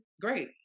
great